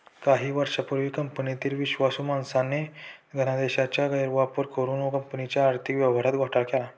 काही वर्षांपूर्वी कंपनीतील विश्वासू माणसाने धनादेशाचा गैरवापर करुन कंपनीच्या आर्थिक व्यवहारात घोटाळा केला